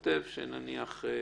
חשבו שיותר נכון שזה יהיה בתוך הצו.